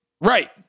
Right